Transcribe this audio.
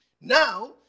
Now